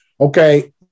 okay